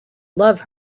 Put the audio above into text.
love